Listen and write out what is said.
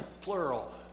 plural